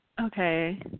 Okay